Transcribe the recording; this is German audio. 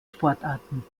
sportarten